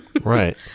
right